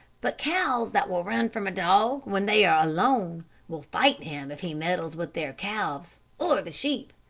but cows that will run from a dog when they are alone will fight him if he meddles with their calves or the sheep.